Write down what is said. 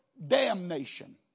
Damnation